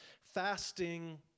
Fasting